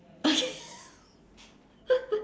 okay